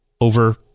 over